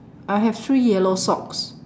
I have three yellow socks